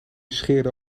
scheerde